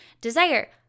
desire